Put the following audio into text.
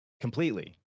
completely